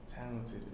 talented